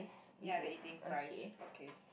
ya they eating fries okay